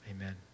Amen